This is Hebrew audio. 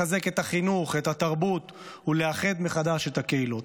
לחזק את החינוך ואת התרבות ולאחד מחדש את הקהילות.